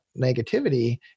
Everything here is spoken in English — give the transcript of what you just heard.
negativity